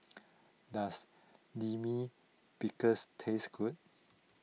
does Lime Pickle taste good